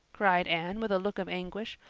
cried anne with a look of anguish.